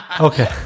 Okay